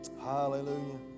Hallelujah